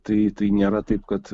tai tai nėra taip kad